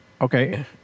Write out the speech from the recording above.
Okay